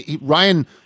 Ryan